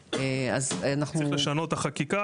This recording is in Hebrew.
צריך לשנות את החקיקה,